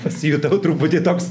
pasijutau truputį toks